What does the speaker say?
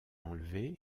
enlevés